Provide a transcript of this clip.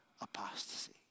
apostasy